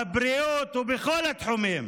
הבריאות, ובכל התחומים.